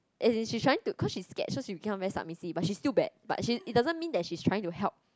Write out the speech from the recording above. as in she's trying to cause she's scared so she became very submissive but she still bad but she it doesn't mean that she's trying to help